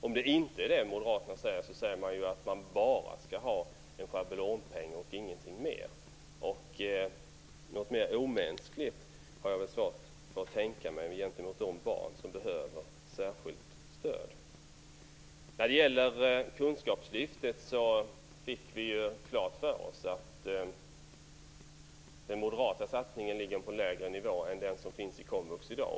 Om detta inte är vad moderaterna säger, betyder det att de vill att man bara skall ha en schablonpeng och ingenting mer. Jag har svårt att tänka mig något mer omänskligt gentemot de barn som behöver särskilt stöd. Vi fick klart för oss att den moderata satsningen på komvux ligger på en lägre nivå än i dag.